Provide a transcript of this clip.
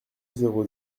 zéro